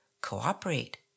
cooperate